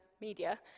media